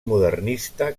modernista